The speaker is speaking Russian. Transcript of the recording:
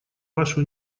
вашу